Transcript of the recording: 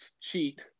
cheat